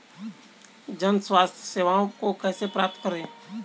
जन स्वास्थ्य सेवाओं को कैसे प्राप्त करें?